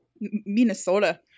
Minnesota